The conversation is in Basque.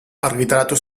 argitaratu